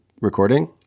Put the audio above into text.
recording